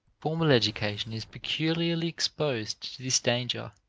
formal education is peculiarly exposed to this danger,